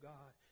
God